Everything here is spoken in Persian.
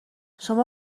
شما